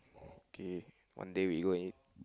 K one day we go and eat